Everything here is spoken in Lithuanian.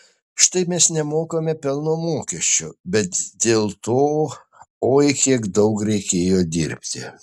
štai mes nemokame pelno mokesčio bet dėl to oi kiek daug reikėjo dirbti